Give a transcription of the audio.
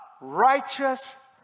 righteous